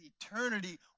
eternity